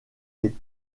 des